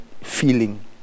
feeling